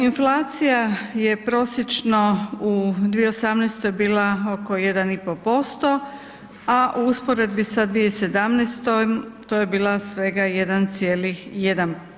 Inflacija je prosječno u 2018.-oj bila oko 1,5%, a u usporedbi sa 2017.-om to je bila svega 1,1%